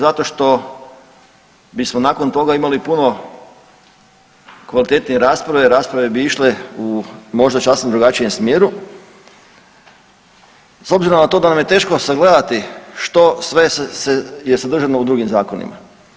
Zato što bismo nakon toga imali puno kvalitetnije rasprave, rasprave bi išle u možda sasvim drugačijem smjeru s obzirom na to da nam je teško sagledati što sve je sadržano u drugim zakonima.